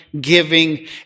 giving